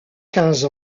quinze